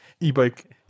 E-bike